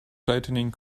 tightening